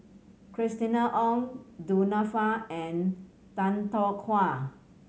Christina Ong Du Nanfa and Tan Tarn